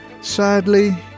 Sadly